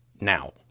now